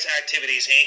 activities